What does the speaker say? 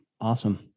awesome